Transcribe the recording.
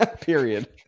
Period